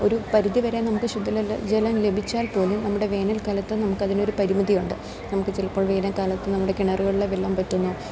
ഒരു പരിധി വരെ നമുക്ക് ശുദ്ധ ജലം ലഭിച്ചാൽ പോലും നമ്മുടെ വേനൽ കാലത്ത് നമുക്കതിനൊരു പരിമിതിയൊണ്ട് നമുക്ക് ചിലപ്പോൾ വേനൽക്കാലത്ത് നമ്മുടെ കിണറുകളിലെ വെള്ളം വറ്റുന്നു